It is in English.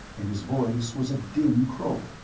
and his voice was a dim croak